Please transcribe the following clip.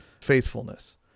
faithfulness